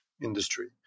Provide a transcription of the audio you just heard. industry